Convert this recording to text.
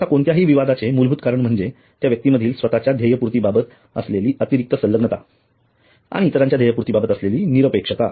आता कोणत्याही विवादाचे मूलभूत कारण म्हणजे व्यक्तीमधील स्वतःच्या ध्येयपूर्ती बाबत असलेली अतिरिक्त संलग्नता आणि इतरांच्या ध्येय पूर्ती बाबत असलेली निरपेक्षता